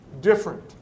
different